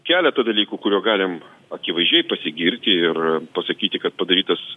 keletą dalykų kuriuo galim akivaizdžiai pasigirti ir pasakyti kad padarytas